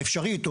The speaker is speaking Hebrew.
או אפשרית,